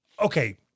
Okay